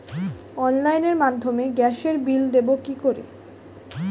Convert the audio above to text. অনলাইনের মাধ্যমে গ্যাসের বিল দেবো কি করে?